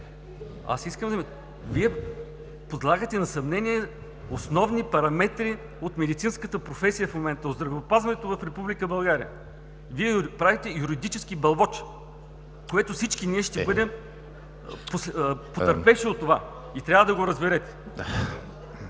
Ама не е така! Вие подлагате на съмнение основни параметри от медицинската професия в момента, от здравеопазването в Република България. Вие правите юридически бълвоч и всички ние ще бъдем потърпевши от това. Трябва да го разберете!